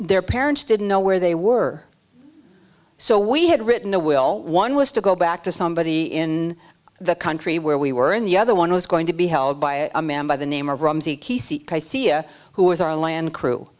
their parents didn't know where they were so we had written a will one was to go back to somebody in the country where we were in the other one was going to be held by a man by the name of ramsey who was our land crew